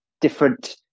different